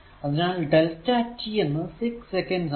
അതിനാൽ delta t എന്നത് 6 second ആണ്